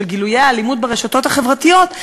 של גילויי האלימות ברשתות החברתיות,